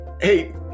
hey